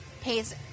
pays